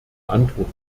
antwort